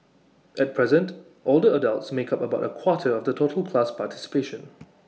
at present older adults make up about A quarter of the total class participation